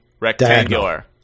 rectangular